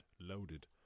loaded